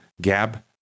Gab